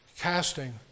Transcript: casting